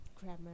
grammar